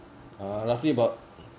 uh roughly about